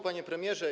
Panie Premierze!